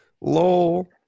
Lol